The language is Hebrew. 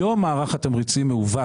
היום מערך התמריצים מעוות.